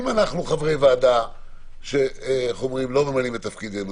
אם אנחנו חברי ועדה שלא ממלאים את תפקידנו,